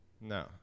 No